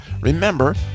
Remember